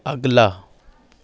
अगला